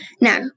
Now